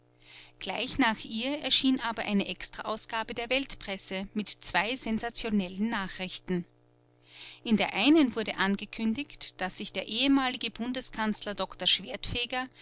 gleich nach ihr erschien aber eine extraausgabe der weltpresse mit zwei sensationellen nachrichten in der einen wurde angekündigt daß sich der ehemalige bundeskanzler doktor schwertfeger